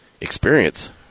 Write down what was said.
experience